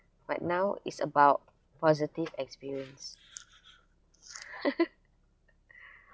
but now is about positive experience